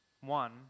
one